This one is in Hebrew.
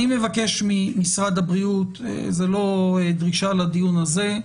אני מבקש ממשרד הבריאות, זה לא דרישה לדיון הזה,